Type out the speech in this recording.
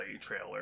trailer